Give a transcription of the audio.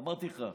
אמרתי לך,